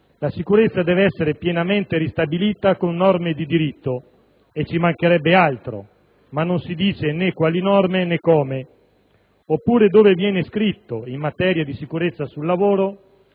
la sicurezza «deve essere pienamente ristabilita con norme di diritto». Ci mancherebbe altro! Ma non si dice né quali norme, né come. Oppure dove viene scritto, in materia di sicurezza sul lavoro,